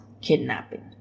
kidnapping